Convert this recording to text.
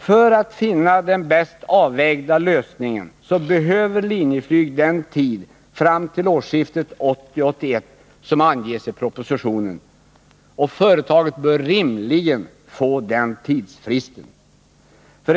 För att finna den bäst avvägda lösningen behöver Linjeflyg den tid fram till årsskiftet 1980-1981 som anges i propositionen. Företaget bör rimligen få den tidsfristen.